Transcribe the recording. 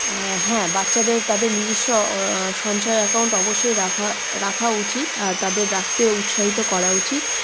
হ্যাঁ বাচ্চাদের তাদের নিজস্ব সঞ্চয় অ্যাকাউন্ট অবশ্যই রাখা রাখা উচিত আর তাদের রাখতে উৎসাহিত করা উচিত